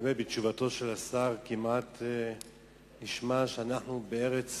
בתשובתו של השר כמעט נשמע שאנו בארץ